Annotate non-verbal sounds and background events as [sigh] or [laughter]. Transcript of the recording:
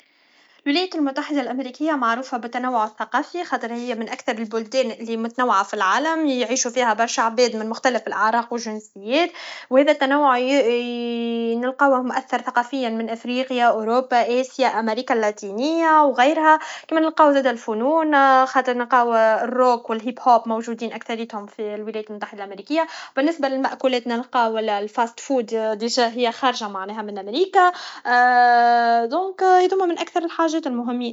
الولايات المتحده الامريكيخ معروفه بتعدد الثقافات خاطر هي من اكثر البلدان لي متنوعه فالعالم يعيشو فيها برشا عباد من مختلف الأعراق و الجنسيات و هذا التنوع ي [hesitation] نلقاوه ماثر ثقافيا من افريقيا أوروبا اسيا أمريكا الاتينيه او غيرها كما نلقاو زاده الفنون خاطر نلقاو الروك و الهيبهوب موجودين اكثريتهم فالولايات المتحده الامريكيه بالنسيه للماكولات نلقاو الفاست فوود ديجا هي خارجه معناها من امريكا [hesitation] دونك هاذوما من اكثر الحاجات المهمين